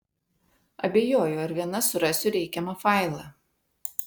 abejoju ar viena surasiu reikiamą failą